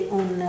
un